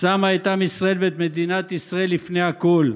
שמה את עם ישראל ואת מדינת ישראל לפני הכול.